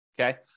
okay